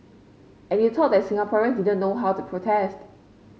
and you thought that Singaporean didn't know how to protest